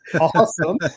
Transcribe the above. awesome